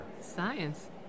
Science